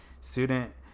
student